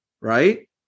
Right